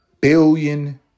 billion